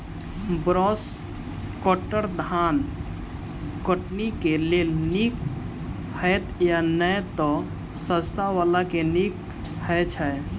Brush cutter धान कटनी केँ लेल नीक हएत या नै तऽ सस्ता वला केँ नीक हय छै?